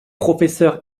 professeur